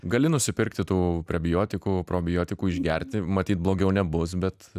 gali nusipirkti tų prebiotikų probiotikų išgerti matyt blogiau nebus bet